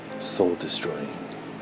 soul-destroying